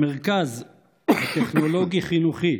המרכז הטכנולוגי-חינוכי,